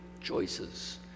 choices